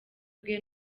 bwe